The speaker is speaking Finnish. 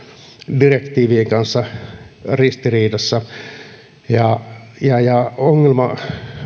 direktiivien kanssa ristiriidassa ja ja ongelma